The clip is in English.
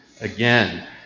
again